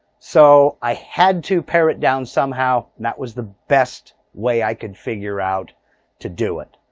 so, i had to pare it down somehow that was the best way i could figure out to do it.